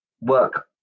work